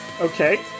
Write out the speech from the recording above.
Okay